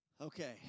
Okay